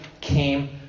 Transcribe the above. came